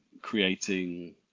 creating